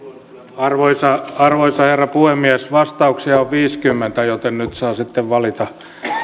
arvoisa arvoisa herra puhemies vastauksia on viisikymmentä joten nyt saa sitten valita